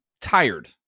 tired